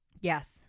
yes